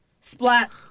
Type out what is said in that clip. splat